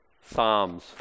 Psalms